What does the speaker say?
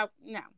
no